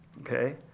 Okay